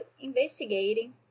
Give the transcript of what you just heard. investigating